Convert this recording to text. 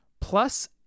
Plus